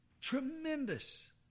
Tremendous